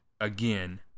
again